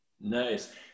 Nice